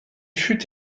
fut